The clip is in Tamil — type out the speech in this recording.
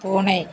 பூனை